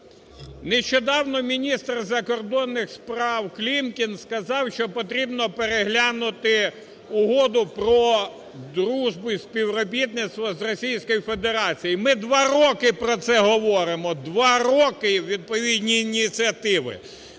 Нещодавно міністр закордонних справ Клімкін сказав, що потрібно переглянути Угоду про дружбу і співробітництво з Російською Федерацією. Ми два роки про це говоримо, два роки і відповідні ініціативи.